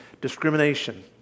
discrimination